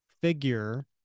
figure